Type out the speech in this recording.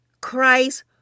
Christ